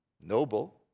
noble